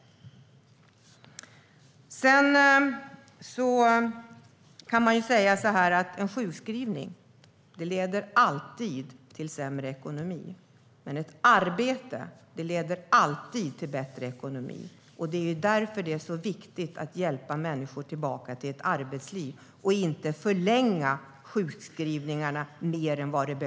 Jag vill också säga att en sjukskrivning alltid leder till sämre ekonomi, medan ett arbete alltid leder till bättre ekonomi. Därför är det viktigt att hjälpa människor tillbaka till ett arbetsliv och inte förlänga sjukskrivningarna mer än nödvändigt.